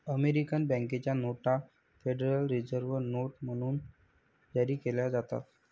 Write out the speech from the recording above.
American बँकेच्या नोटा federal reserve notes म्हणून जारी केल्या जातात